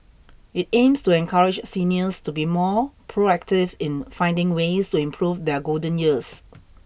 it aims to encourage seniors to be more proactive in finding ways to improve their golden years